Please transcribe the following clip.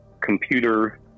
computer